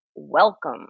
welcome